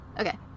Okay